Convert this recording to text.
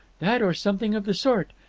that or something of the sort.